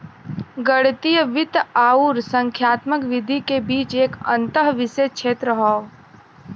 गणितीय वित्त आउर संख्यात्मक विधि के बीच एक अंतःविषय क्षेत्र हौ